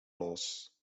loss